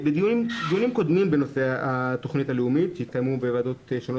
בדיונים קודמים בנושא התוכנית הלאומית שהתקיימו בוועדות שונות